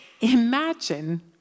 Imagine